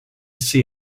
see